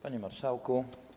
Panie Marszałku!